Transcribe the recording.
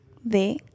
de